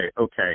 okay